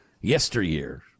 yesteryear